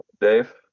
Dave